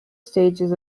stages